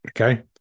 okay